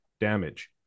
damage